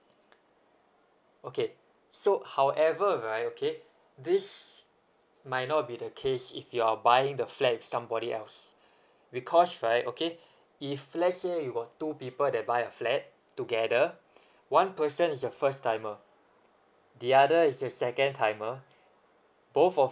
okay so however right okay this might not be the case if you're buying the flats with somebody else because right okay if let's say you got two people that buy a flat together one person is the first timer the other is the second timer both of